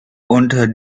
unter